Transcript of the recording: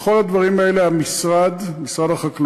בכל הדברים האלה משרד החקלאות,